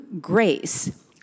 grace